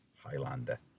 Highlander